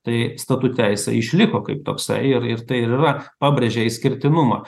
tai statute jisai išliko kaip toksai ir ir tai ir yra pabrėžia išskirtinumą